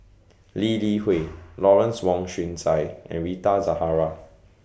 Lee Li Hui Lawrence Wong Shyun Tsai and Rita Zahara